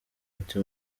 ati